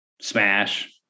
Smash